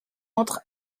entre